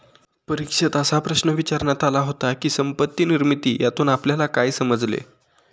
परीक्षेत असा प्रश्न विचारण्यात आला होता की, संपत्ती निर्मिती यातून आपल्याला काय समजले?